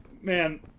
Man